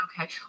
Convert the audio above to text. Okay